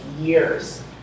years